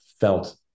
felt